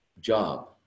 job